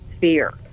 fear